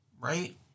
right